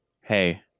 hey